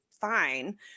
fine